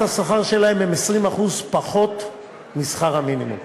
השכר שלהם נמוכה ב-20% משכר המינימום.